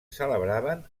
celebraven